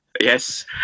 Yes